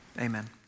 amen